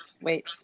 wait